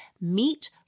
Meet